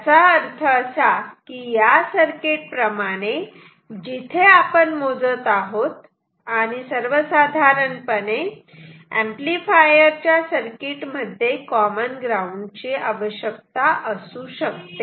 याचा अर्थ असा की या सर्किट प्रमाणे जिथे आपण मोजत आहोत आणि सर्वसाधारणपणे एम्पलीफायरच्या सर्किट मध्ये कॉमन ग्राउंड ची आवश्यकता असू शकते